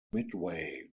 midway